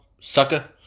sucker